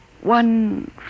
One